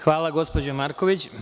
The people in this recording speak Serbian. Hvala, gospođo Marković.